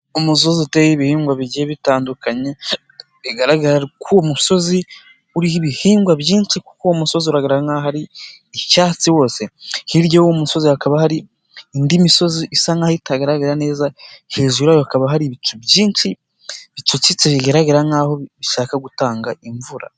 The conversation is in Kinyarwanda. Umusozi uteye ibihingwa bigiye bitandukanye, bigaragara ko uwo musozi uriho ibihingwa byinshi kuko uwo umusozi uragaragara nkaho hari icyatsi wose, hirya y'uwo musozi hakaba hari indi misozi isa nkaho itagaragara neza, hejuru yayo hakaba hari ibicu byinshi bicucitse bigaragara nkaho bishaka gutanga imvura.